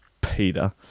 Peter